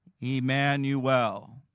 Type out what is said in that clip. Emmanuel